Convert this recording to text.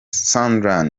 sunderland